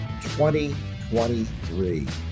2023